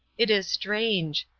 it is strange.